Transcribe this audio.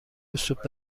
سوپ